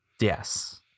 Yes